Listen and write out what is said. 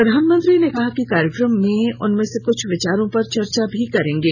प्रधानमंत्री ने कहा कि कार्यक्रम में उनमें से कुछ विचारों पर चर्चा भी करेंगे